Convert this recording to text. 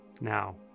Now